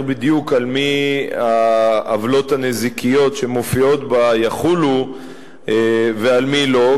בדיוק על מי יחולו העוולות הנזיקיות שמופיעות בה ועל מי לא.